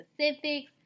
specifics